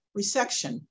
resection